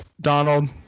donald